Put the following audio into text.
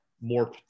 more